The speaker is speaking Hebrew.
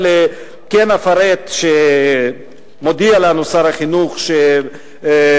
אבל כן אפרט שמודיע לנו שר החינוך שבהנחייתו